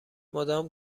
مدام